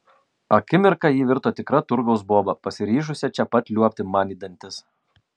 akimirką ji virto tikra turgaus boba pasiryžusia čia pat liuobti man į dantis